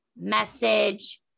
message